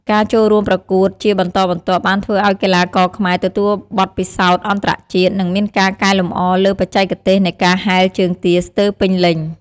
ការចូលរួមប្រកួតជាបន្តបន្ទាប់បានធ្វើឱ្យកីឡាករខ្មែរទទួលបទពិសោធន៍អន្ដរជាតិ និងមានការកែលម្អលើបច្ចេកទេសនៃការហែលជើងទាស្ទើរពេញលេញ។